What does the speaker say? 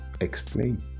explain